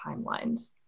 timelines